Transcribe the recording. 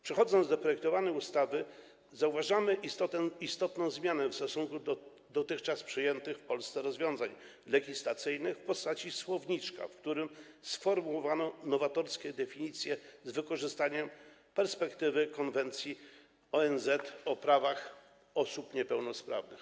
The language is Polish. Przechodząc do projektowanej ustawy, zauważamy istotną zmianę w stosunku do dotychczas przyjętych w Polsce rozwiązań legislacyjnych w postaci słowniczka, w którym sformułowano nowatorskie definicje z wykorzystaniem perspektywy Konwencji ONZ o prawach osób niepełnosprawnych.